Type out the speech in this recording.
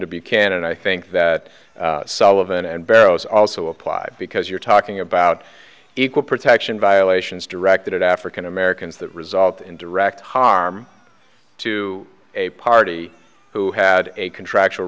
to be canon i think that sullivan and barrow's also apply because you're talking about equal protection violations directed at african americans that result in direct harm to a party who had a contractual